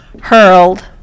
hurled